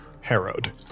harrowed